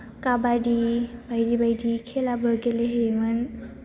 खाबादि बायदि बायदि खेलाबो गेलेहैयोमोन